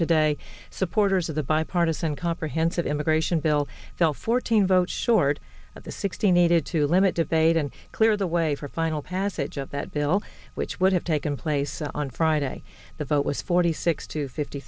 today supporters of the bipartisan comprehensive immigration bill fell fourteen votes short of the sixty needed to limit debate and clear the way for final passage of that bill which would have taken place on friday the vote was forty six to fifty